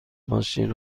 ماشین